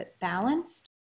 balanced